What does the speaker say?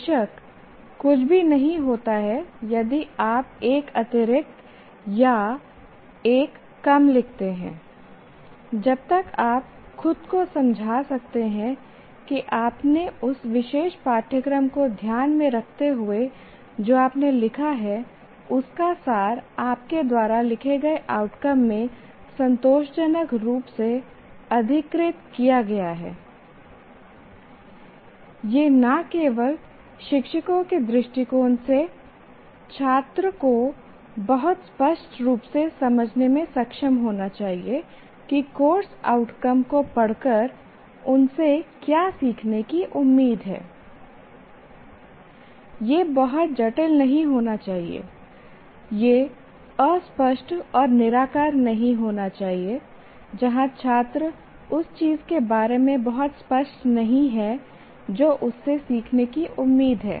बेशक कुछ भी नहीं होता है यदि आप एक अतिरिक्त या 1 कम लिखते हैं जब तक आप खुद को समझा सकते हैं कि आपने उस विशेष पाठ्यक्रम को ध्यान में रखते हुए जो आपने लिखा है उसका सार आपके द्वारा लिखे गए आउटकम में संतोषजनक रूप से अधिकृत किया गया हैI यह न केवल शिक्षकों के दृष्टिकोण से छात्र को बहुत स्पष्ट रूप से समझने में सक्षम होना चाहिए की कोर्स आउटकम को पढ़कर उनसे क्या सीखने की उम्मीद हैI यह बहुत जटिल नहीं होना चाहिए यह अस्पष्ट और निराकार नहीं होना चाहिए जहां छात्र उस चीज के बारे में बहुत स्पष्ट नहीं है जो उससे सीखने की उम्मीद है